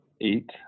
eight